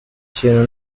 kintu